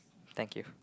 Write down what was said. thank you